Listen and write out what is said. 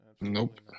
Nope